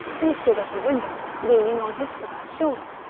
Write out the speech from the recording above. who stood at a window, leaning on his squire's shoulder.